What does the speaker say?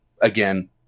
Again